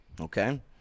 okay